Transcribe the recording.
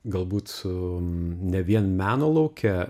galbūt su ne vien meno lauke